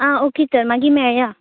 आं ओके तर मागी मेळया